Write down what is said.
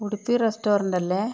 Udupi restaurant അല്ലേ